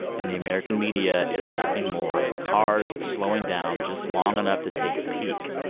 and the american media is nothing more than cars slowing down just long enough to take a peek,